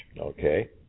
Okay